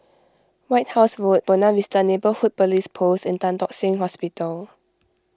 White House Road Buona Vista Neighbourhood Police Post and Tan Tock Seng Hospital